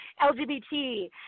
lgbt